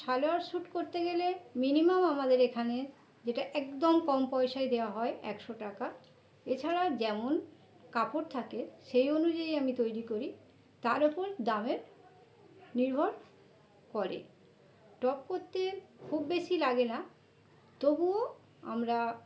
salwar suit করতে গেলে minimum আমাদের এখানে যেটা একদম কম পয়সায় দেওয়া হয় একশো টাকা এছাড়া যেমন কাপড় থাকে সেই অনুযায়ী আমি তৈরি করি তার ওপর দামের নির্ভর করে টপ করতে খুব বেশি লাগে না তবুও আমরা